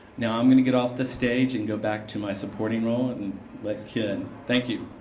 now i'm going to get off the stage and go back to my supporting role and and let ken. thank you.